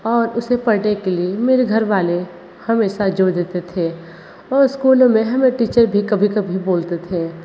और उसे पढ़ने के लिए मेरे घरवाले हमेशा जोर देते थे और स्कूलों में हमें टीचर भी कभी कभी बोलते थे